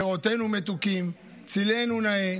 פירותינו מתוקים, צילנו נאה.